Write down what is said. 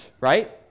right